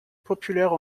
populaire